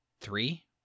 three